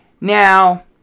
Now